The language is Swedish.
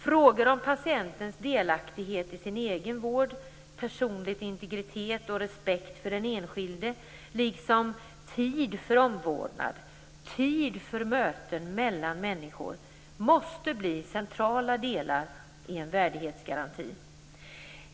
Frågor om patientens delaktighet i sin egen vård, personlig integritet och respekt för den enskilde liksom tid för omvårdnad och tid för möten mellan människor måste bli centrala delar i en värdighetsgaranti.